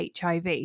HIV